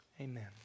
Amen